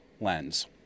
lens